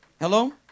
Hello